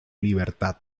libertad